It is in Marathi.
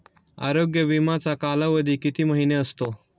आरोग्य विमाचा कालावधी किती महिने असतो?